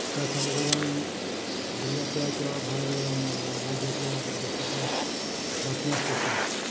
त्या सर्वसाधारण जिल्ह्यातल्या किंवा बाहेर म राज्यातल्या देशातल्या बातम्या असतात त्यात